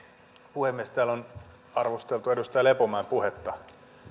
puhemies täällä on arvosteltu edustaja lepomäen puhetta